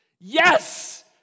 yes